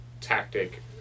tactic